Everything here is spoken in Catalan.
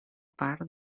part